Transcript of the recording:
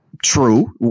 True